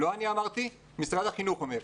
לא אני אמרתי, משרד החינוך אומר.